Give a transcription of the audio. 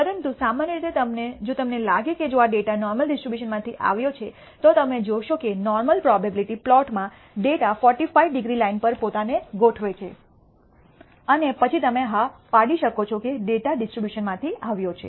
પરંતુ સામાન્ય રીતે જો તમને લાગે કે જો આ ડેટા નોર્મલ ડિસ્ટ્રીબ્યુશનમાંથી આવ્યો છે તો તમે જોશો કે નોર્મલ પ્રોબેબીલીટી પ્લોટમાં ડેટા 45 ડિગ્રી લાઇન પર પોતાને ગોઠવે છે અને પછી તમે હા પાડી શકો છો કે ડેટા ડિસ્ટ્રીબ્યુશનમાંથી આવ્યો છે